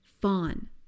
fawn